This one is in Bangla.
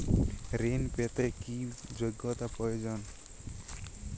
ঋণ পেতে কি যোগ্যতা প্রয়োজন?